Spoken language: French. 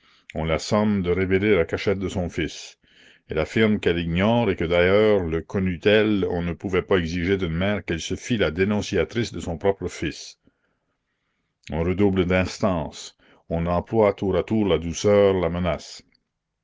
on la somme de révéler la cachette de son fils elle affirme qu'elle l'ignore et que d'ailleurs le connût elle on ne pouvait pas exiger d'une mère qu'elle se fit la dénonciatrice de son propre fils la commune on redouble d'instances on emploie tour à tour la douceur la menace